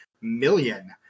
million